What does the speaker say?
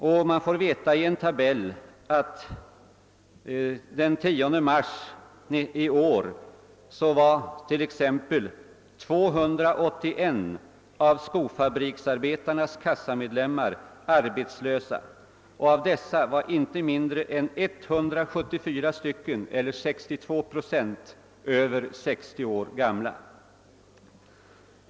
Det framgår av en tabell att den 10 mars i år var 281 av skofabriksarbetarnas kassamedlemmar arbetslösa, och av dessa var inte mindre än 174, eller 62 procent, över 60 år.